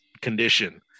condition